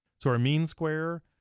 so our mean square,